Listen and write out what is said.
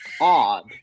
odd